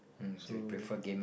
so